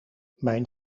mijn